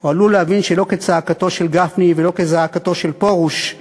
הוא עלול להבין שלא כצעקתו של גפני ולא כזעקתו של פרוש.